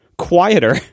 Quieter